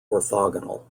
orthogonal